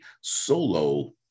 solo